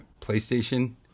PlayStation